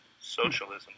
socialism